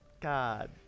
God